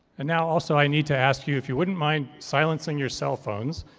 and now, also, i need to ask you if you wouldn't mind silencing your cellphones.